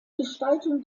gestaltung